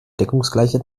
deckungsgleiche